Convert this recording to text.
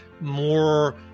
more